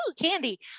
candy